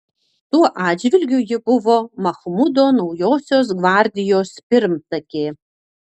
tuo atžvilgiu ji buvo machmudo naujosios gvardijos pirmtakė